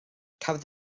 cafodd